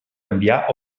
enviar